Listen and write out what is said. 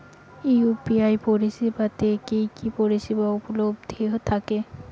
UPI পরিষেবা তে কি কি পরিষেবা উপলব্ধি থাকে?